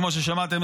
כמו ששמעתם,